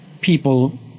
people